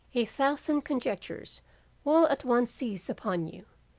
a thousand conjectures will at once seize upon you,